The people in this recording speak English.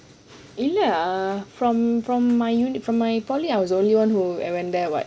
இல்ல:illa from from my unit from my poly I was the only one who went there [what]